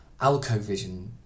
AlcoVision